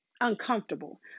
uncomfortable